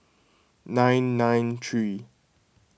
nine nine three